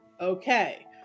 Okay